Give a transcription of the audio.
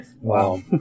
Wow